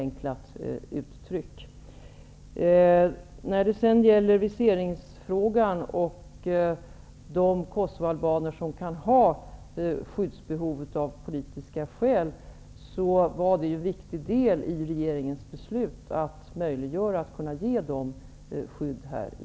Vad sedan gäller viseringsfrågan och de kosovoalbaner som av politiska skäl kan ha skyddsbehov var det ju en viktig del av regeringens beslut att göra det möjligt att ge dessa skydd här i